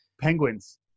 Penguins